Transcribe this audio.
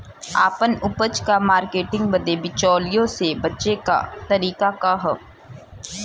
आपन उपज क मार्केटिंग बदे बिचौलियों से बचे क तरीका का ह?